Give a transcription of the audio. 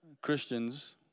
Christians